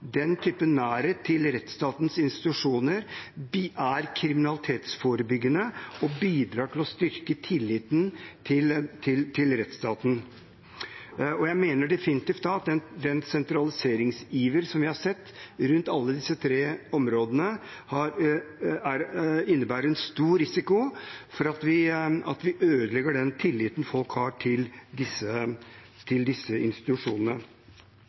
den typen nærhet til rettsstatens institusjoner er kriminalitetsforebyggende og bidrar til å styrke tilliten til rettsstaten. Og jeg mener definitivt at den sentraliseringsiveren vi har sett rundt alle disse tre områdene, innebærer en stor risiko for at vi ødelegger den tilliten folk har til disse